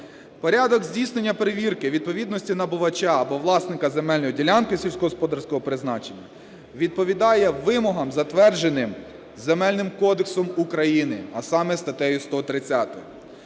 Порядок здійснення перевірки відповідності набувача або власника земельної ділянки сільськогосподарського призначення відповідає вимогам, затвердженим Земельним кодексом України, а саме статтею 130.